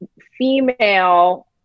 female